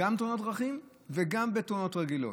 גם בתאונות דרכים וגם בתאונות רגילות.